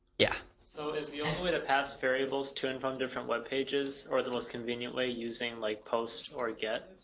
yeah. audience so is the only way to pass variables to and from different web pages, or the most convenient way, using like post or get?